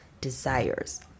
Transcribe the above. desires